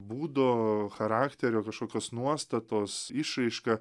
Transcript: būdo charakterio kašokios nuostatos išraiška